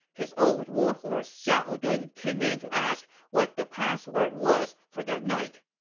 his old warhorse xiahou dun came in to ask what the password was for that night.